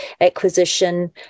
acquisition